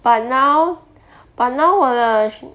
but now but now 我的 sh~